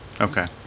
Okay